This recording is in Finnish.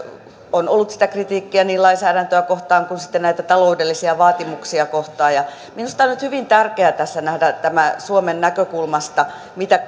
on ollut kritiikkiä niin lainsäädäntöä kohtaan kuin näitä taloudellisia vaatimuksia kohtaan minusta on nyt hyvin tärkeää nähdä tämä suomen näkökulmasta